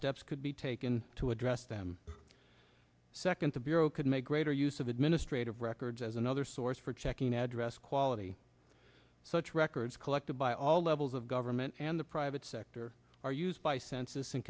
steps could be taken to address them second the bureau could make greater use of administrative records as another source for checking address quality such records collected by all levels of government and the private sector are used by census